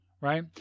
Right